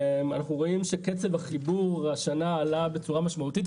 אנחנו רואים שקצב החיבור השנה עלה בצורה משמעותית,